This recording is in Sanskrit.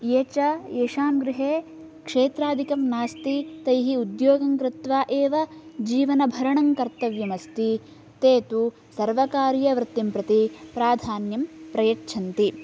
ये च येषां गृहे क्षेत्रादिकं नास्ति तैः उद्योगं कृत्वा एव जीवनभरणं कर्तव्यम् अस्ति ते तु सर्वकारीयवृत्तिं प्रति प्राधान्यं प्रयच्छन्ति